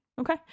Okay